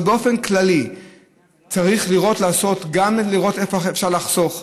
באופן כללי צריך לראות גם איפה אפשר לחסוך,